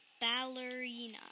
ballerina